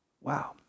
Wow